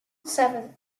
seven